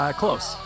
close